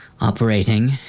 operating